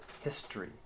history